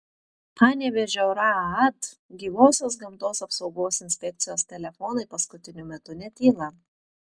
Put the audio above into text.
panevėžio raad gyvosios gamtos apsaugos inspekcijos telefonai paskutiniu metu netyla